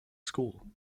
school